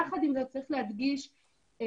יחד עם זאת צריך להדגיש שלעתים,